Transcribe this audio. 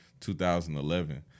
2011